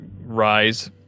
rise